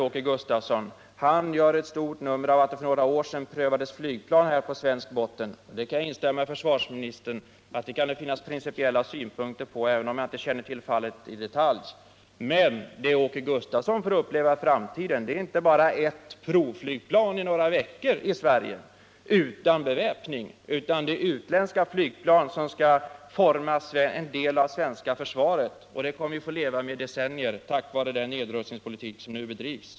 Åke Gustavsson gjorde ett stort nummer av att det för några år sedan prövades utländska flygplan på svensk botten. Jag kan instämma med försvarsministern i att det kan finnas principiella synpunkter på det, även om jag inte känner till fallet i detalj. Men det Åke Gustavsson får uppleva i framtiden är inte bara ett provflygplan utan beväpning i några veckor i Sverige, utan det är utländska flygplan som skall forma en del av det svenska försvaret, och det kommer vi att få leva med i decennier, tack vare den nedrustningspolitik som nu bedrivs.